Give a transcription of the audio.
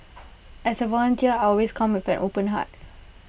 as A volunteer I always come with an open heart